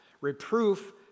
Reproof